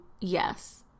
Yes